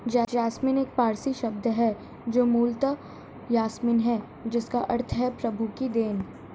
jasmine एक पारसी शब्द है जो मूलतः यासमीन है जिसका अर्थ है प्रभु की देन